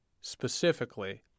specifically